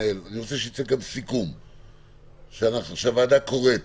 רוצה שייצא סיכום שהוועדה קוראת